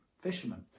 fishermen